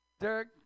Derek